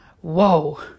Whoa